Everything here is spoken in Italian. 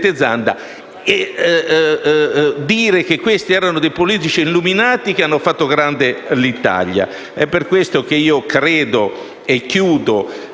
dire che questi erano politici illuminati che hanno fatto grande l'Italia. È per questo che credo sia